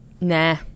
Nah